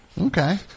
Okay